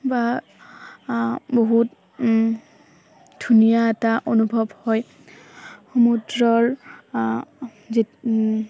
বা বহুত ধুনীয়া এটা অনুভৱ হয় সমুদ্ৰৰ